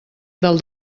del